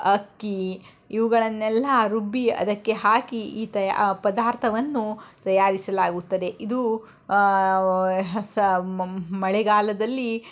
ಅಕ್ಕಿ ಇವುಗಳನ್ನೆಲ್ಲಾ ರುಬ್ಬಿ ಅದಕ್ಕೆ ಹಾಕಿ ಈ ತಯಾ ಪದಾರ್ಥವನ್ನು ತಯಾರಿಸಲಾಗುತ್ತದೆ ಇದು ಮಳೆಗಾಲದಲ್ಲಿ